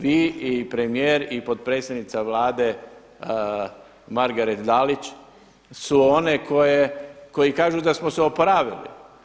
Vi i premijer i potpredsjednica Margaret Dalić su one koji kažu da smo se oporavili.